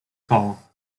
call